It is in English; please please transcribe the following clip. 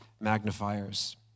magnifiers